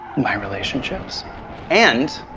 my relationships and